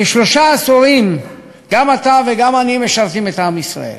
כשלושה עשורים גם אתה וגם אני משרתים את עם ישראל,